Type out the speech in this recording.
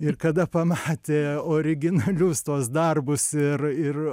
ir kada pamatė originalius tuos darbus ir ir